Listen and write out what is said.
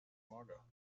mager